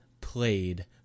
played